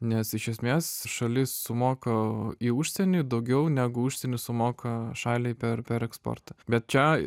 nes iš esmės šalis sumoka į užsienį daugiau negu užsienis sumoka šaliai per per eksportą bet čia